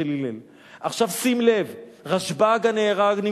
ראש אבות היו שניים, סליחה, לא, לא, לא.